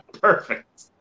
Perfect